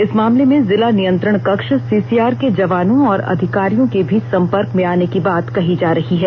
इस मामले में जिला नियंत्रण कक्ष सीसीआर के जवानों और अधिकारियों के भी संपर्क में आने की बात कही जा रही है